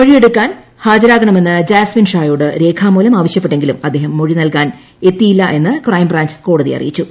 മൊഴിയെടുക്കാൻ ഹാജരാകണമെന്ന് ജാസ്മിൻ ഷാ യോട് രേഖാമൂലം ആവശ്യപ്പെട്ടെങ്കിലും അദ്ദേഹം മൊഴി നൽകാൻ എത്തിയില്ലായെന്ന് ക്രൈംബ്രാഞ്ച് കോടതിയെ അറിയിച്ചു